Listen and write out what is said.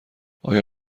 آیا